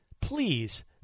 please